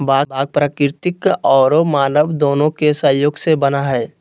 बाग प्राकृतिक औरो मानव दोनों के सहयोग से बना हइ